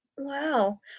Wow